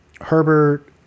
herbert